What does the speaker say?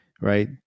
right